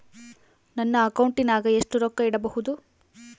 ನನ್ನ ಅಕೌಂಟಿನಾಗ ಎಷ್ಟು ರೊಕ್ಕ ಇಡಬಹುದು?